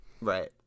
right